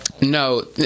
No